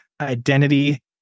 identity